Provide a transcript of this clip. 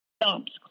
dumps